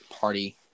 party